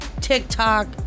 TikTok